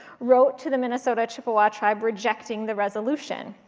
wrote to the minnesota chippewa tribe rejecting the resolution.